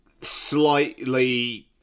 slightly